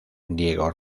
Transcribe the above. diego